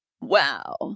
Wow